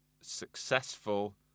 successful